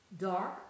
dark